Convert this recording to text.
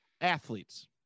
athletes